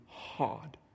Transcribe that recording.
hard